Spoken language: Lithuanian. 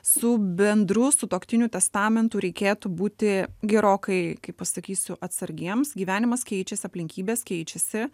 su bendru sutuoktinių testamentu reikėtų būti gerokai kaip pasakysiu atsargiems gyvenimas keičias aplinkybės keičiasi